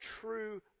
true